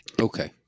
Okay